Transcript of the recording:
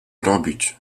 robić